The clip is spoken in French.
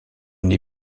une